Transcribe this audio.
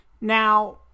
Now